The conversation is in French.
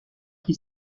qui